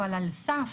אבל על סף